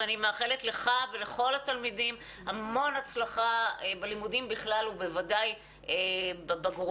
ואני מאחל לך ולכל התלמידים המון הצלחה בלימודים בכלל ובוודאי בבגרויות.